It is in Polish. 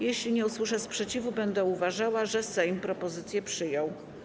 Jeśli nie usłyszę sprzeciwu, będę uważała, że Sejm propozycję przyjął.